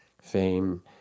fame